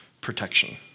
protection